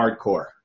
hardcore